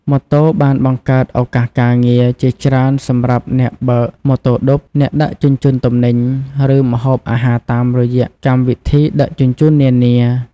ម៉ូតូបានបង្កើត ឱកាសការងារ ជាច្រើនសម្រាប់អ្នកបើកម៉ូតូឌុប អ្នកដឹកជញ្ជូនទំនិញ ឬម្ហូបអាហារតាមរយៈកម្មវិធីដឹកជញ្ជូននានា ។